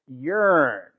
yearn